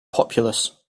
populous